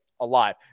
alive